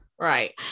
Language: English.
right